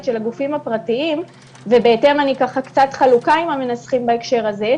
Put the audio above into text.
של הגופים הפרטיים ובהתאם אני קצת חלוקה עם המנסחים בהקשר הזה.